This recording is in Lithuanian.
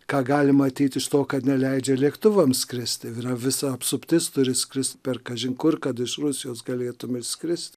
ką gali matyt iš to kad neleidžia lėktuvams skristi yra visa apsuptis turi skrist per kažin kur kad iš rusijos galėtum išskrist